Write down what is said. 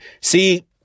See